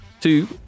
two